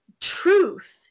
truth